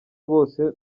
bose